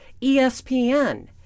ESPN